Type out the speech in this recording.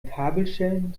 kabelschellen